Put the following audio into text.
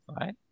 right